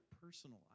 personal